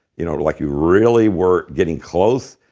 you know, like you really weren't getting close,